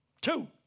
Two